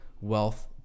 wealth